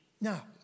Now